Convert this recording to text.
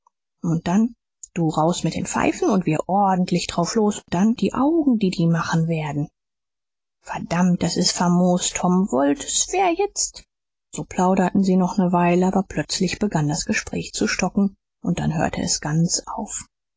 und dann du raus mit den pfeifen und wir ordentlich drauf los und dann die augen die die machen werden verdammt das ist famos tom wollt s wär jetzt so plauderten sie noch ne weile aber plötzlich begann das gespräch zu stocken und dann hörte es ganz auf